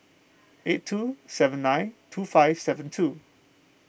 eight two seven nine two five seven two